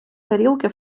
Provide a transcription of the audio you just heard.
тарілки